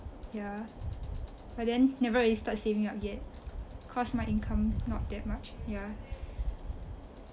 ya but then never really start saving up yet cause my income not that much ya